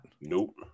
Nope